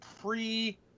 pre